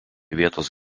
vietos